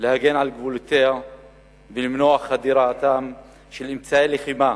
להגן על גבולותיה ולמנוע את חדירתם של אמצעי לחימה